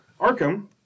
Arkham